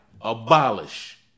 abolish